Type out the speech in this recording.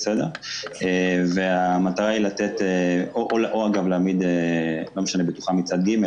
או להעמיד בטוחה מצד ג'.